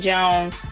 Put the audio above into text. Jones